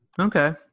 Okay